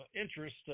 interest